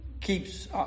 keeps